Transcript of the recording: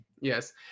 Yes